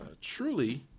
truly